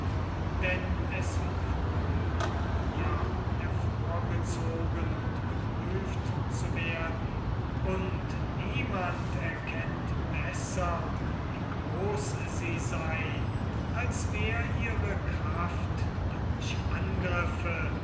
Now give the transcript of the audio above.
denn es frommt ihr hervorgezogen und geprüft zu werden und niemand erkennt besser wie groß sie sei als wer ihre kraft durch angriffe